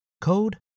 code